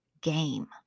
game